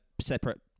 separate